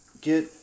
get